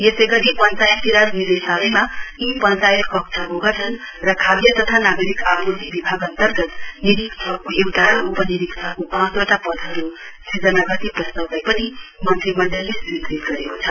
यसै गरी पञ्चायती राज निर्देशालयमा ई पञ्चायत कक्षको गठन र खाद्य तथा नागरिक आपूर्ति विभाग अन्तर्गत निरीक्षकको एउटा र उपनिरीक्षकको पाँचवटा पद सिर्जना गर्ने प्रस्तावलाई पनि मन्त्रीमण्डलले स्वीकृति गरेको छ